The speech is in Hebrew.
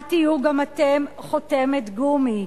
אל תהיו גם אתם חותמת גומי.